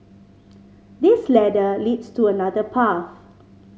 this ladder leads to another path